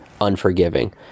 unforgiving